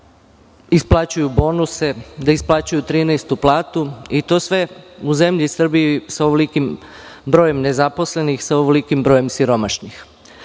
da isplaćuju bonuse, da isplaćuju 13. platu, i to sve u zemlji Srbiji, sa ovolikim brojem nezaposlenih, sa ovolikim brojem siromašnih.